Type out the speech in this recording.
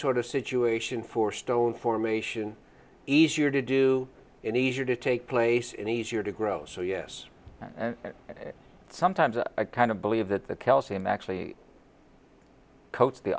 sort of situation for stone formation easier to do and easier to take place in easier to grow so yes and sometimes i kind of believe that the calcium actually